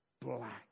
black